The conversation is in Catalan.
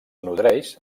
nodreix